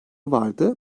vardı